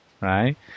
right